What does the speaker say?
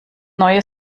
neue